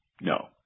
No